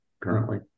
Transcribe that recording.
currently